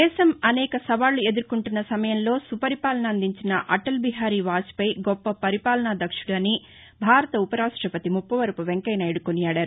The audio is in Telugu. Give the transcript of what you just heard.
దేశం అనేక సవాళ్ళు ఎదుర్కొంటున్న సమయంలో సుపరిపాలన అందించిన అటల్ బిహారీ ను వాజ్ పేయీ గొప్ప పరిపాలనాదక్షుడు అని భారత ఉప రాష్టపతి ముప్పవరపు వెంకయ్య నాయుడు కొనియాదారు